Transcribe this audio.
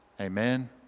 Amen